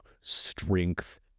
strength